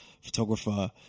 photographer